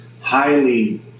highly